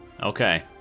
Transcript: Okay